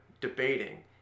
debating